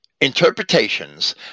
interpretations